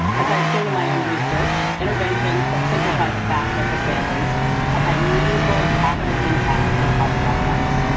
as i have shown in my own research, interventions that simplify the fafsa for families have had meaningful positive impacts on college outcomes.